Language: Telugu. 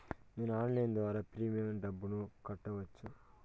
నేను ఆన్లైన్ ద్వారా ప్రీమియం డబ్బును కట్టొచ్చా?